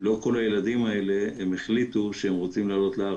לא כל הילדים האלה החליטו שהם רוצים לעלות לארץ.